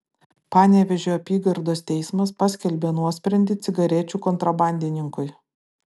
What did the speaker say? panevėžio apygardos teismas paskelbė nuosprendį cigarečių kontrabandininkui